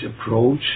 approach